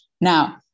Now